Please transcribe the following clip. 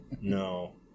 No